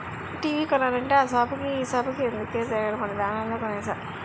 TV కొనాలంటే ఆ సాపుకి ఈ సాపుకి ఎందుకే తిరగడమని ఆన్లైన్లో కొనేసా